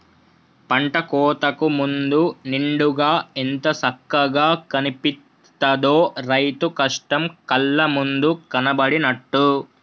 పంట కోతకు ముందు నిండుగా ఎంత సక్కగా కనిపిత్తదో, రైతు కష్టం కళ్ళ ముందు కనబడినట్టు